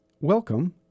welcome